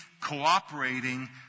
cooperating